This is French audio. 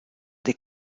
des